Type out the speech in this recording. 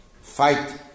Fight